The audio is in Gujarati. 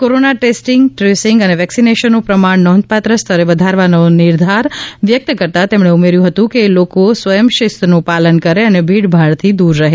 કોરોનાનું ટેસ્ટિંગ ટ્રેસિંગ અને વેક્સિનેશનનું પ્રમાણ નોંધપાત્ર સ્તરે વધારવાનો નિર્ધાર વ્યક્ત કરતાં તેમણે ઉમેર્યું હતું કે લોકો સ્વયંશિસ્તનું પાલન કરે અને ભીડભાડથી દૂર રહે